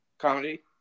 comedy